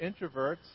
introverts